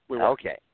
Okay